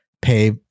pay